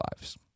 lives